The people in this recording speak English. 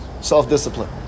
self-discipline